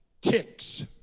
ticks